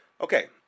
Okay